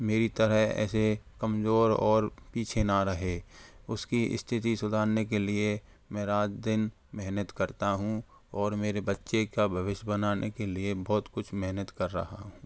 मेरी तरह ऐसे कमज़ोर और पीछे ना रहे उसकी स्थिति सुधारने के लिए मैं रात दिन महनत करता हूँ और मेरे बच्चे का भविष्य बनाने के लिए बहुत कुछ महनत कर रहा हूँ